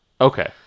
okay